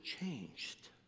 changed